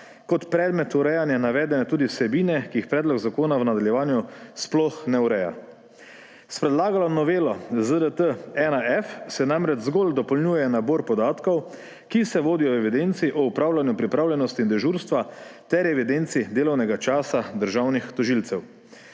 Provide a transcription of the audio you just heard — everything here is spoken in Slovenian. kot predmet urejanja navedene tudi vsebine, ki jih predlog zakona v nadaljevanju sploh ne ureja. S predlagano novelo ZDT-1F se namreč zgolj dopolnjuje nabor podatkov, ki se vodijo v evidenci o opravljanju pripravljenosti in dežurstva ter evidenci delovnega časa državnih tožilcev.